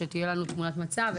כדי שתהיה לנו תמונת מצב,